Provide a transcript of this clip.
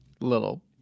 little